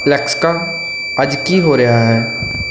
Alexa ਅੱਜ ਕੀ ਹੋ ਰਿਹਾ ਹੈ